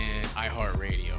iHeartRadio